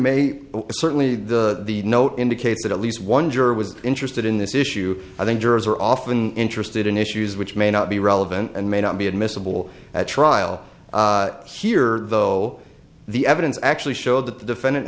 may certainly the note indicates that at least one juror was interested in this issue i think jurors are often interested in issues which may not be relevant and may not be admissible at trial here though the evidence actually showed that the defendant